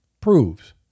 Proves